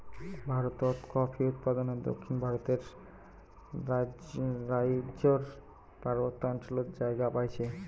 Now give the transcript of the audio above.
ভারতত কফি উৎপাদনে দক্ষিণ ভারতর রাইজ্যর পার্বত্য অঞ্চলত জাগা পাইছে